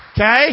Okay